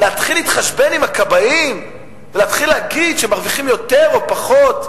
להתחיל להתחשבן עם הכבאים ולהתחיל להגיד שהם מרוויחים יותר או פחות.